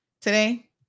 today